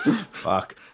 Fuck